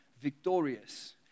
victorious